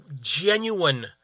genuine